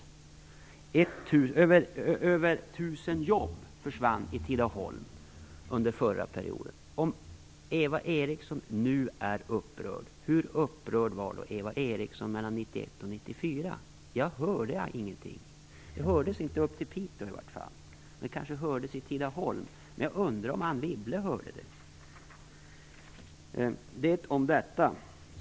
Över 1 000 jobb försvann i Tidaholm under den förra regeringsperioden. Om Eva Eriksson nu är upprörd, hur upprörd var då Eva Eriksson mellan 1991 och 1994? Jag hörde ingenting om det. Det hördes i vart fall inte upp till Piteå, men det kanske hördes i Tidaholm. Jag undrar om Anne Wibble hörde det.